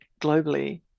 globally